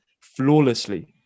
flawlessly